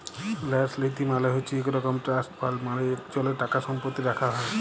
ল্যাস লীতি মালে হছে ইক রকম ট্রাস্ট ফাল্ড মালে ইকজলের টাকাসম্পত্তি রাখ্যা হ্যয়